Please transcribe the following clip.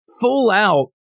full-out